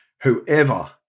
Whoever